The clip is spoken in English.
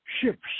ships